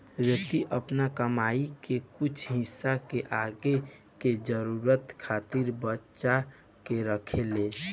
व्यक्ति आपन कमाई के कुछ हिस्सा के आगे के जरूरतन खातिर बचा के रखेलेन